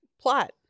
Plot